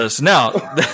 Now